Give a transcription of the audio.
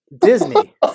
Disney